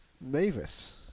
Mavis